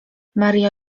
maria